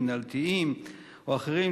מינהלתיים או אחרים,